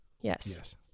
Yes